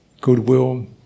Goodwill